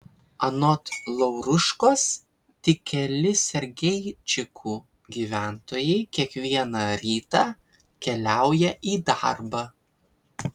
anot lauruškos tik keli sergeičikų gyventojai kiekvieną rytą keliauja į darbą